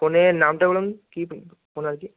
ফোনের নামটা বলুন কী ফোন আর কি